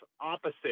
opposite